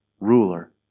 ruler